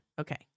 Okay